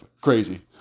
crazy